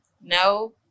No